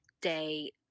day